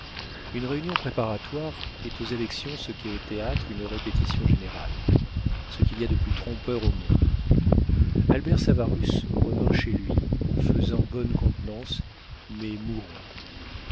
une réunion préparatoire est aux élections ce qu'est au théâtre une répétition générale ce qu'il y a de plus trompeur au monde albert savarus revint chez lui faisant bonne contenance mais mourant